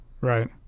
Right